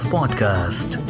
Podcast